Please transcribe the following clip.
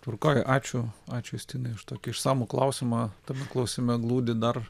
tvarkoj ačiū ačiū justinai už tokį išsamų klausimą tame klausime glūdi dar